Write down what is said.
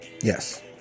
Yes